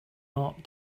art